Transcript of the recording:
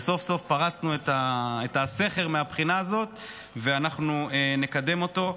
וסוף-סוף פרצנו את הסכר מהבחינה הזאת ואנחנו נקדם אותו.